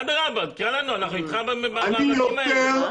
תקרא לנו, אנחנו איתך במאבקים האלה.